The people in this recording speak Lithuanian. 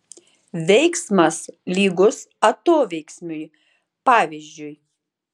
veiksmas lygus atoveiksmiui pavyzdžiui